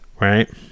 right